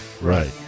right